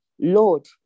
Lord